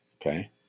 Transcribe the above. Okay